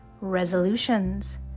resolutions